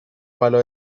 palo